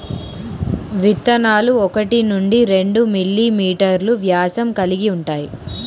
విత్తనాలు ఒకటి నుండి రెండు మిల్లీమీటర్లు వ్యాసం కలిగి ఉంటాయి